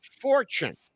fortune